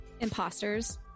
Imposters